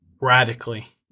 radically